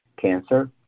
cancer